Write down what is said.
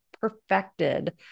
perfected